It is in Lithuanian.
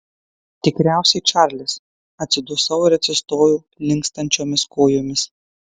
tikriausiai čarlis atsidusau ir atsistojau linkstančiomis kojomis